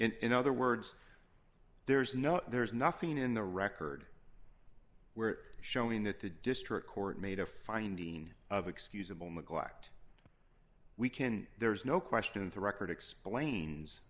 in other words there's no there's nothing in the record where showing that the district court made a finding of excusable neglect we can there's no question the record explains